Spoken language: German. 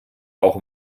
auch